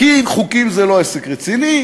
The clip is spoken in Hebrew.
כי חוקים זה לא עסק רציני,